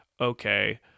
okay